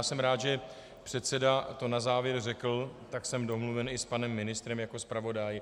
Jsem rád, že předseda to na závěr řekl, tak jsem domluven i s panem ministrem jako zpravodaj.